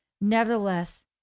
Nevertheless